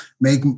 make